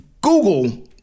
Google